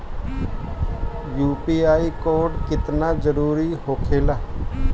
UPI code केतना जरुरी होखेला?